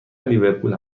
لیورپول